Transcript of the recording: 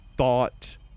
thought